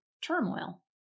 turmoil